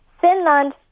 Finland